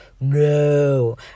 no